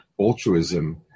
altruism